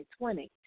2020